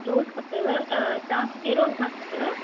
रोज़ु खपेव तव्हांखे कहिड़ो अख़बार खपेव